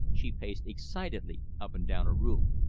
she paced excitedly up and down her room.